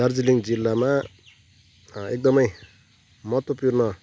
दार्जिलिङ जिल्लामा एकदमै महत्त्वपूर्ण